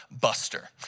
buster